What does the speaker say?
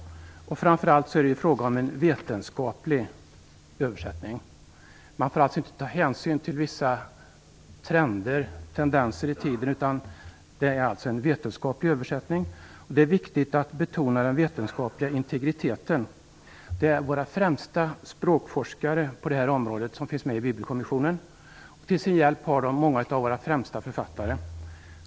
Framför allt är det fråga om en vetenskaplig översättning. Man får alltså inte ta hänsyn till vissa trender och tendenser i tiden, utan översättningen skall vara vetenskaplig. Det är viktigt att betona den vetenskapliga integriteten. Det är våra främsta språkforskare på det här området som ingår i Bibelkommissionen. Till sin hjälp har de många av våra främsta författare.